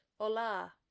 Hola